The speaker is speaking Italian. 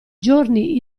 giorni